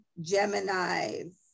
Gemini's